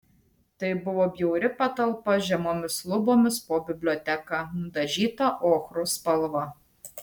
tai buvo bjauri patalpa žemomis lubomis po biblioteka nudažyta ochros spalva